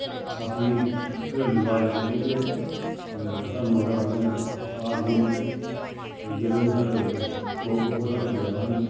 अपनी घरेलू लाईफ चली ते स्हानू रब्ब ने कार बी दित्ती ते जदूं बी साढ़े चौक उप्पर साढ़ी दकान ही